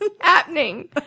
Happening